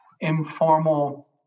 informal